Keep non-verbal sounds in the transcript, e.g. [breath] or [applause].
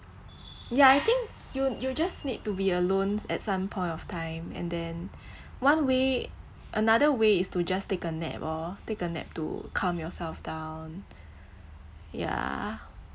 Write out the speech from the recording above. ya I think you you just need to be alone at some point of time and then [breath] one way another way is to just take a nap lor take a nap to calm yourself down ya